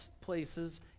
places